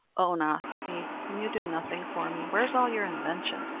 oonagh, said he, can you do nothing for me? where's all your invention?